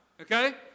okay